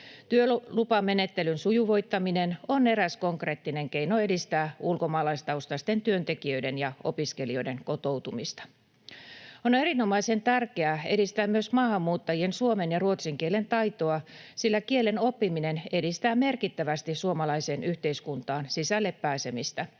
Työlupamenettelyn sujuvoittaminen on eräs konkreettinen keino edistää ulkomaalaistaustaisten työntekijöiden ja opiskelijoiden kotoutumista. On erinomaisen tärkeää edistää myös maahanmuuttajien suomen ja ruotsin kielen taitoa, sillä kielen oppiminen edistää merkittävästi suomalaiseen yhteiskuntaan sisälle pääsemistä.